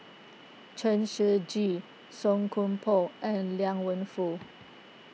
Chen Shiji Song Koon Poh and Liang Wenfu